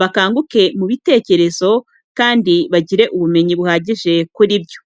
bakanguke mu bitekerezo kandi bagire ubumenyi buhagije kuri byo.